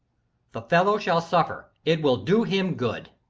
the fellow shall suffer. it will do him good.